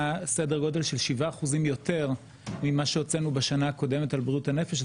סדר גודל של 7% יותר ממה שהוצאנו בשנה הקודמת על בריאות הנפש.